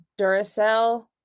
Duracell